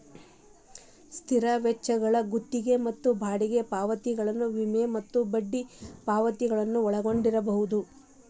ಸ್ಥಿರ ವೆಚ್ಚಗಳು ಗುತ್ತಿಗಿ ಮತ್ತ ಬಾಡಿಗಿ ಪಾವತಿಗಳನ್ನ ವಿಮೆ ಮತ್ತ ಬಡ್ಡಿ ಪಾವತಿಗಳನ್ನ ಒಳಗೊಂಡಿರ್ಬಹುದು